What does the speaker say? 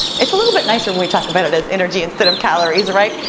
it's a little bit nicer when we talk about it as energy instead of calories, right?